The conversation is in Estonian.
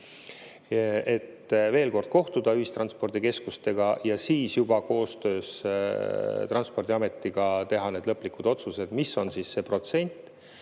et veel kord kohtuda ühistranspordikeskustega ja siis juba koostöös Transpordiametiga teha lõplikud otsused, mis on see protsent,